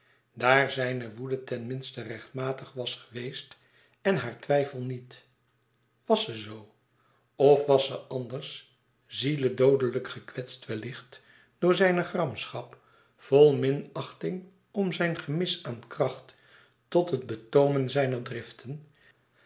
daar zijne woede ten minste rechtmatig was geweest en haar twijfel niet was ze zoo of was ze anders zieledoodelijk gekwetst wellicht door zijne gramschap vol minachting om zijn gemis aan kracht tot het betoomen zijner driften